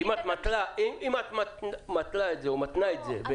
אם את מתלה את זה או מתנה את זה.